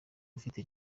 ufite